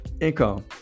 income